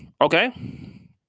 Okay